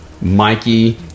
Mikey